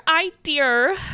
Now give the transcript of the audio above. idea